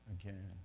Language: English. again